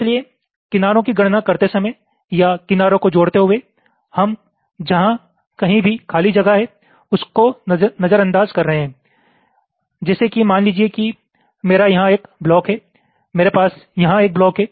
इसलिए किनारों की गणना करते समय या किनारों को जोड़ते हुए हम जहां कहीं भी खाली जगह हैं उसको नजरअंदाज कर रहे हैं जैसे कि मान लीजिए कि मेरा यहां एक ब्लॉक है मेरे पास यहां एक ब्लॉक है